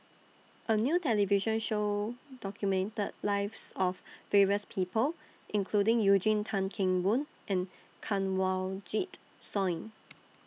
A New television Show documented The Lives of various People including Eugene Tan Kheng Boon and Kanwaljit Soin